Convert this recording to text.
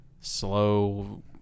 slow